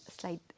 slide